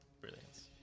brilliance